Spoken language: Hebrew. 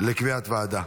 לקביעת ועדה.